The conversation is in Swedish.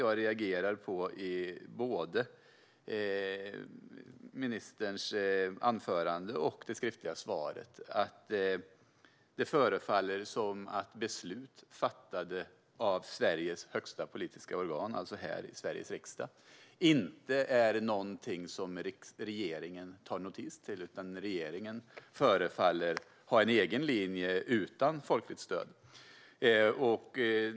Jag reagerade på att det utifrån vad ministern sa tidigare förefaller som att beslut som fattats av Sverige högsta politiska organ, riksdagen, inte är någonting som regeringen tar notis om. Regeringen förefaller ha en egen linje utan folkligt stöd.